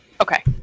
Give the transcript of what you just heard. Okay